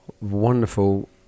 wonderful